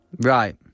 Right